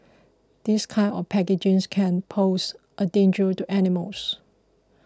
this kind of packaging can pose a danger to animals